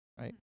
right